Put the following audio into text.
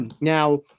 Now